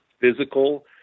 physical